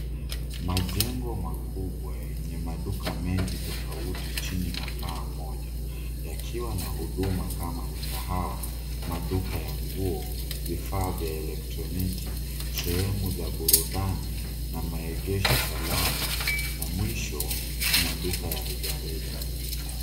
Majengo makubwa yenye maduka mengi tofauti chini ya paa moja yakiwa na huduma kama mikahawa , maduka ya nguo , vifaa vya elektroniki, sehemu za burudani, na maegesho salama, na mwisho maduka ya rejareja.